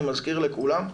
אני מזכיר לכולם,